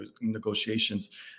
negotiations